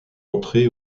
entrée